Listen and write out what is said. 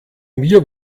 mir